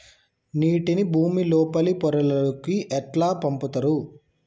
నీటిని భుమి లోపలి పొరలలోకి ఎట్లా పంపుతరు?